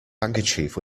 handkerchief